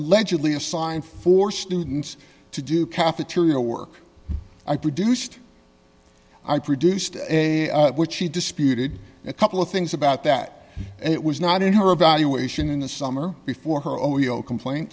allegedly assigned four students to do cafeteria work i produced i produced which she disputed a couple of things about that it was not in her evaluation in the summer before her ojo complaint